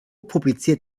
publiziert